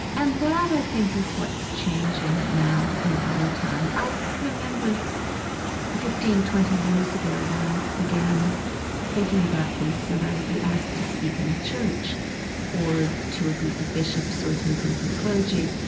and that i think is what's changing now in our time. i remember fifteen, twenty years ago when i began thinking about this and i would be asked to speak in a church or to a group of bishops or to a group of clergy,